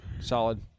Solid